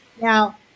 Now